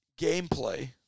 gameplay